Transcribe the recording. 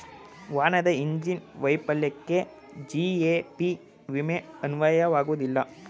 ವಾಹನದ ಇಂಜಿನ್ ವೈಫಲ್ಯಕ್ಕೆ ಜಿ.ಎ.ಪಿ ವಿಮೆ ಅನ್ವಯವಾಗುವುದಿಲ್ಲ